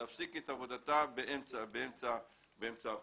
להפסיק את עבודתה באמצע החוזה.